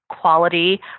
quality